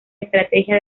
estrategia